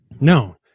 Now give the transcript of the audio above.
no